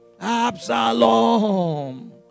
Absalom